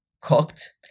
cooked